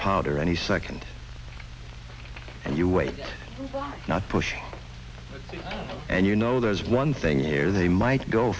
powder and second and you wait not push and you know there's one thing here they might go